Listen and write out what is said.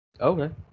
Okay